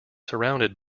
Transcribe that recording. surrounded